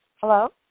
Hello